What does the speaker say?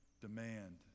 demand